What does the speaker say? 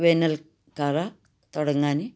വേനൽക്കാലം തുടങ്ങാനാണ് ആവും